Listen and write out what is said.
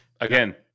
again